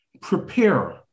prepare